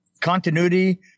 continuity